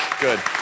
Good